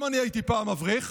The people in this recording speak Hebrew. גם אני הייתי פעם אברך,